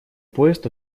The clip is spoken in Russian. поезд